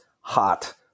hot